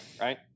Right